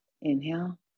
inhale